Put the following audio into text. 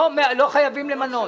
לא חייבים למנות.